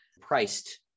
priced